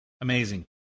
Amazing